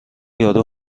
یارو